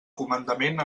comandament